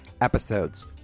episodes